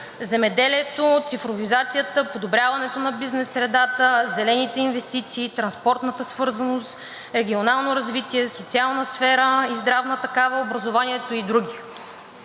земеделието, цифровизацията, подобряването на бизнес средата, зелените инвестиции, транспортната свързаност, регионалното развитие, социалната и здравната сфера, образованието и други.